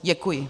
Děkuji.